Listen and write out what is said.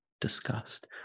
discussed